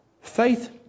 faith